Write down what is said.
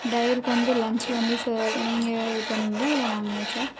ட்ரைவருக்கு வந்து லன்ச் வந்து சார் நீங்கள் இது பண்ணுவீங்களா இல்லை நாங்களா சார்